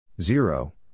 Zero